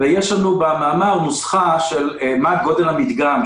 יש לנו במאמר נוסחה של מה גודל המדגם,